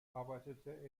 arbeitete